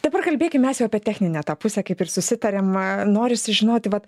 dabar kalbėkim mes jau apie techninę tą pusę kaip ir susitarėm a norisi žinoti vat